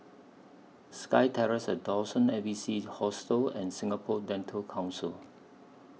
Sky Terrace ad Dawson A B C Hostel and Singapore Dental Council